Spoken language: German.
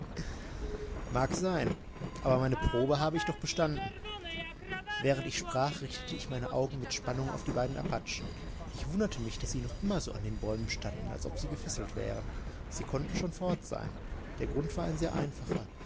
mag sein aber meine probe habe ich doch bestanden während ich sprach richtete ich meine augen mit spannung auf die beiden apachen ich wunderte mich daß sie noch immer so an den bäumen standen als ob sie gefesselt wären sie konnten schon fort sein der grund war ein sehr einfacher